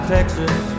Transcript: Texas